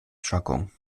jargon